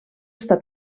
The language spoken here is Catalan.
estar